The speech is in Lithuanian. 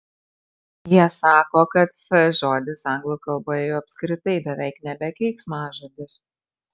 jie sako kad f žodis anglų kalboje jau apskritai beveik nebe keiksmažodis